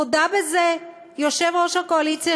הודה בזה יושב-ראש הקואליציה,